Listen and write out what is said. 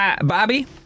Bobby